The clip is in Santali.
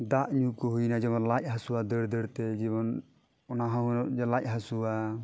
ᱫᱟᱜ ᱧᱩᱠᱚ ᱦᱩᱭᱱᱟ ᱡᱮᱢᱚᱱ ᱞᱟᱡ ᱦᱟᱹᱥᱩᱣᱟ ᱫᱟᱹᱲ ᱫᱟᱹᱲᱛᱮ ᱡᱮᱢᱚᱱ ᱚᱱᱟ ᱦᱚᱸ ᱡᱮ ᱞᱟᱡ ᱦᱟᱹᱥᱩᱣᱟ